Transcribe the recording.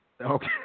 okay